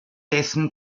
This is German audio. dessen